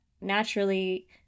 naturally